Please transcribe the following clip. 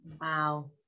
Wow